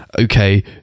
okay